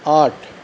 আট